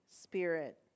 spirit